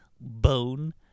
Bone